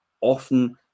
often